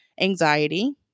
anxiety